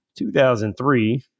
2003